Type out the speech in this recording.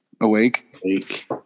awake